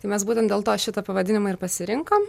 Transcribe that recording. tai mes būtent dėl to šitą pavadinimą ir pasirinkom